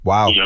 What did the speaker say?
Wow